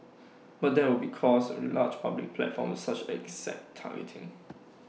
but that would be cost large public platforms with such exact targeting